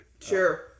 Sure